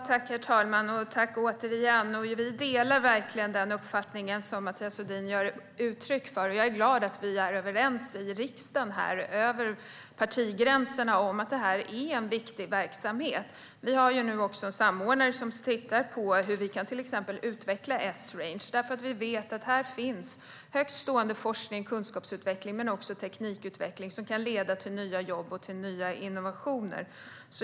Herr talman! Jag delar verkligen den uppfattning som Mathias Sundin ger uttryck för. Jag är glad att man är överens över partigränserna i riksdagen om att detta är en viktig verksamhet. Vi har en samordnare som tittar på hur till exempel Esrange kan utvecklas, för vi vet att här finns högt stående forskning, kunskapsutveckling och teknikutveckling som kan leda till nya jobb och innovationer.